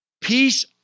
Peace